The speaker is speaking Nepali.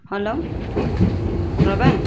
हेलो प्रभा